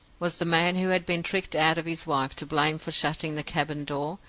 was the man who had been tricked out of his wife to blame for shutting the cabin door,